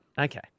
Okay